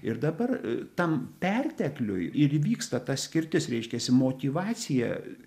ir dabar tam pertekliui ir įvyksta ta skirtis reiškiasi motyvacija